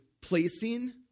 placing